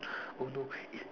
oh no